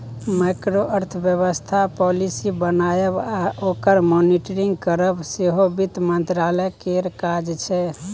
micro अर्थबेबस्था policy बनाएब आ ओकर मॉनिटरिंग करब सेहो बित्त मंत्रालय केर काज छै